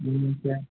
ம் சார்